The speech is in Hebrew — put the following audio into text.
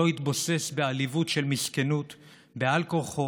לא התבוסס בעליבות של מסכנות בעל כורחו